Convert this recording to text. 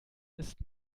ist